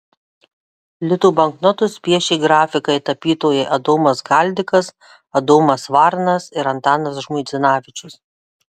litų banknotus piešė grafikai tapytojai adomas galdikas adomas varnas ir antanas žmuidzinavičius